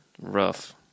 Rough